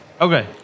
Okay